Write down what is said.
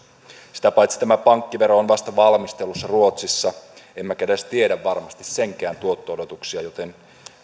sitä paitsi tämä pankkivero on vasta valmistelussa ruotsissa emmekä edes tiedä varmasti senkään tuotto odotuksia joten